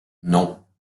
non